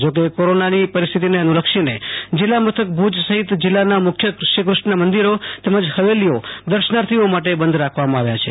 જો કે કોરોનાની સ્થિતિને અનુ લક્ષીને જિલ્લા મથક ભુજ સહિત જિલ્લાના મુખ્ય શ્રીકૃષ્ણ મંદિરો તેમજ હવેલીઓ દર્શનાર્થીઓ માટે બંધ રાખવામાં આવ્યા છે